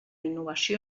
innovació